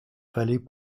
fallait